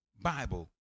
Bible